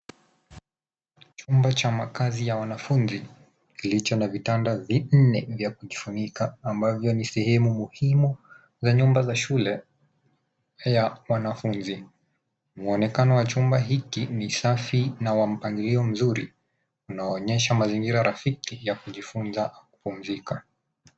Chumba cha makazi ya wanafunzi, kilicho na vitanda vinne vya kujifunika, ambavyo ni sehemu muhimu za nyumba za shule, ya wanafunzi. Muonekano wa chumba hiki ni safi na wa mpangilio mzuri, unaonyesha mazingira rafiki ya kujifunza kupumzika.